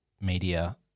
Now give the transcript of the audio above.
media